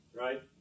Right